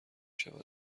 شود